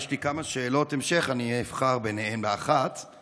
יש לי כמה שאלות המשך, ואני אבחר באחת מהן.